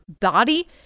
body